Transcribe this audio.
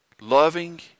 loving